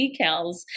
decals